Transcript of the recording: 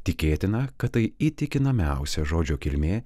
tikėtina kad tai įtikinamiausia žodžio kilmė